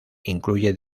incluye